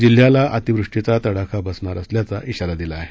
जिल्ह्याला अतिवृष्टीचा तडाखा बसणार असल्याचा श्रीारा दिला आहे